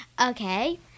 Okay